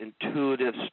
intuitive